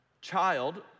Child